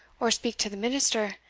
or speak to the minister,